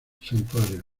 santuario